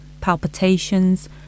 palpitations